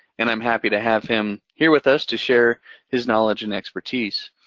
and i'm happy to have him here with us to share his knowledge and expertise.